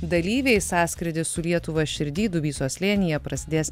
dalyviai sąskrydis su lietuva širdy dubysos slėnyje prasidės